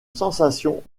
sensation